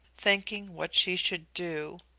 thinking what she should do.